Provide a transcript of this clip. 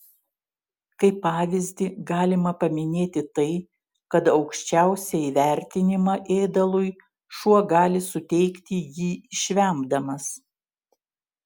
kaip pavyzdį galima paminėti tai kad aukščiausią įvertinimą ėdalui šuo gali suteikti jį išvemdamas